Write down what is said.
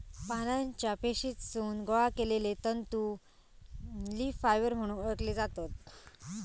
पानांच्या पेशीतसून गोळा केलले तंतू लीफ फायबर म्हणून ओळखले जातत